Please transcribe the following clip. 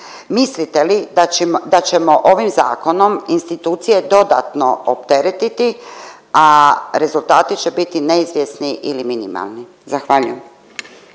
Mislite li da ćemo ovim zakonom institucije dodatno opteretiti, a rezultati će biti neizvjesni ili minimalni? Zahvaljujem.